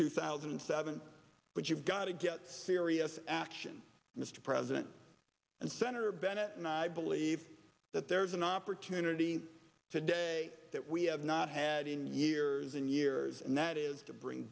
two thousand and seven but you've got to get serious action mr president and senator bennett and i believe that there is an opportunity today that we have not had in years and years and that is to bring